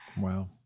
Wow